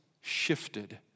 shifted